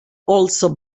also